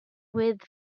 with